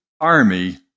army